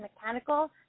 mechanical